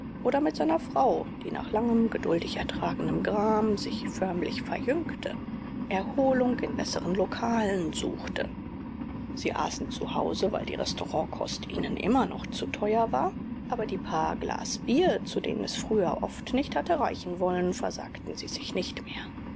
oder mit seiner frau die nach langem geduldig ertragenem gram sich förmlich verjüngte erholung in besseren lokalen suchte sie aßen zu hause weil die restaurantkost ihnen immer noch zu teuer war aber die paar glas bier zu denen es früher oft nicht hatte reichen wollen versagten sie sich nicht mehr